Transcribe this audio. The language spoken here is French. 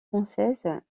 françaises